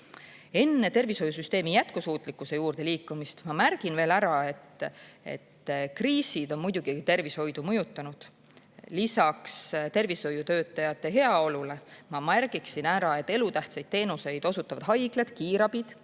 Enne tervishoiusüsteemi jätkusuutlikkuse juurde liikumist ma märgin veel ära, et kriisid on muidugi tervishoidu mõjutanud. Lisaks tervishoiutöötajate heaolule ma märgiksin ära, et elutähtsaid teenuseid osutavad haiglad ja kiirabi